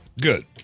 Good